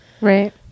Right